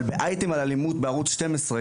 אבל באייטם על אלימות בערוץ 12,